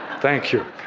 thank you.